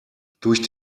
durch